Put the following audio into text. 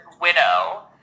widow